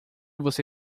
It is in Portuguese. você